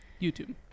youtube